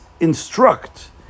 instruct